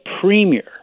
premier